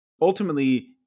Ultimately